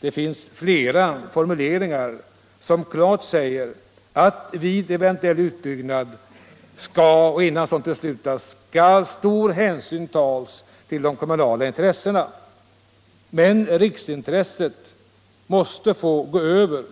Det finns flera formuleringar som klart säger att vid en eventuell utbyggnad skall stor hänsyn tas till de kommunala intressena. Men riksintresset måste få gå över.